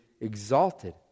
exalted